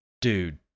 dude